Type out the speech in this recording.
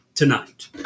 Tonight